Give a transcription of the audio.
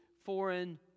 foreign